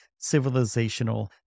civilizational